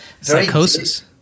Psychosis